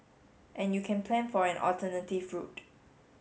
and you can plan for an alternative route